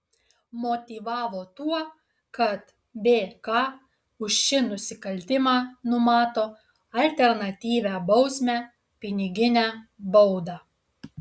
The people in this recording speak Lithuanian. motyvavo tuo kad bk už šį nusikaltimą numato alternatyvią bausmę piniginę baudą